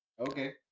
Okay